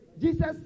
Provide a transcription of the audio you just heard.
Jesus